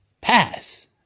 pass